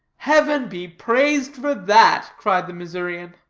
heaven be praised for that! cried the missourian.